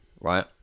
right